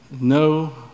no